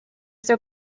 their